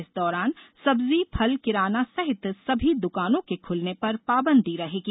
इस दौरान सब्जी फल किराना सहित सभी दुकानों के खुलने पर पाबंदी रहेगी